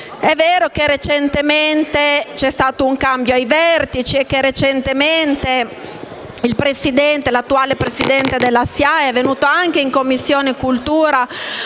È vero che recentemente c'è stato un cambio ai vertici e che l'attuale presidente della SIAE è venuto anche in Commissione cultura